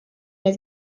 need